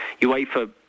UEFA